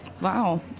Wow